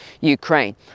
Ukraine